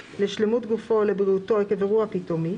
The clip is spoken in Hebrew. לשלמות גופו או לבריאותו עקב אירוע פתאומי".